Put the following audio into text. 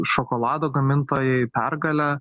šokolado gamintojai pergalė